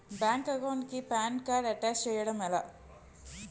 Bank account కి PAN card attach చేయడం ఎలా?